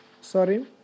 Sorry